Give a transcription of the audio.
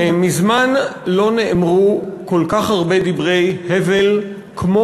מזמן לא נאמרו כל כך הרבה דברי הבל כמו